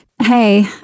Hey